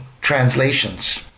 translations